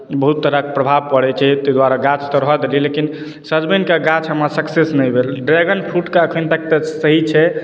बहुत तरहक प्रभाव पड़ैत छै ताहि दुआरे गाछ तऽ रहऽ देलियै लेकिन सजमनिके गाछ हमरा सक्सेस नहि भेल ड्रैगन फ्रूटके एखन तक तऽ सही छै